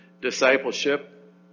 discipleship